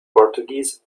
portuguese